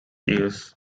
years